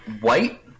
white